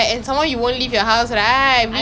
ya the song was actually good lah